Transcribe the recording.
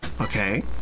Okay